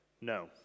no